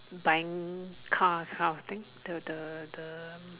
buying car this kind of thing the the the